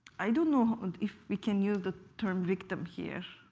i don't know and if we can use the term victim here,